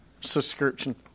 subscription